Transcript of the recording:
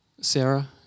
Sarah